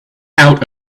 out